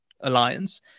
Alliance